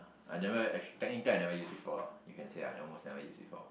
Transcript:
I never actually technically I never use before lah you can say I almost never use before